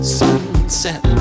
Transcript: sunset